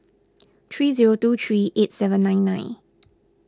three zero two three eight seven nine nine